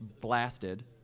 blasted